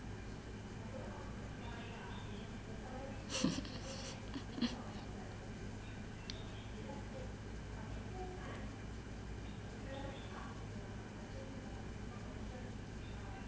>Z>